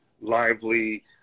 lively